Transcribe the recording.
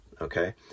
Okay